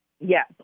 yes